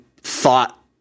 thought